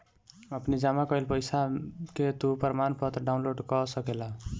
अपनी जमा कईल पईसा के तू प्रमाणपत्र डाउनलोड कअ सकेला